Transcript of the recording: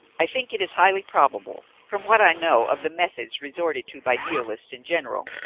i think it is highly probable, from what i know of the methods resorted to by nihilists in general,